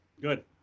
good